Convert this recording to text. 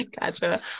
Gotcha